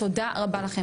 תודה רבה לכם.